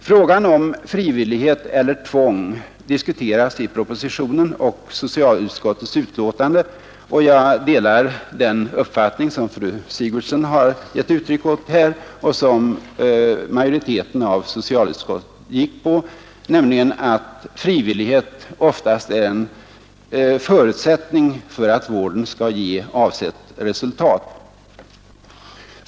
Frågan om frivillighet eller tvång diskuteras i propositionen och i socialutskottets betänkande. Jag delar den uppfattning som fru Sigurdsen har gett uttryck för här och som majoriteten av socialutskottet anslutit sig till, nämligen att frivillighet oftast är en förutsättning för att vården skall ge avsett resultat.